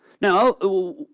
Now